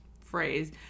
phrase